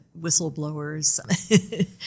whistleblowers